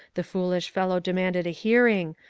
the foolish fellow demanded a hearing,